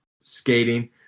skating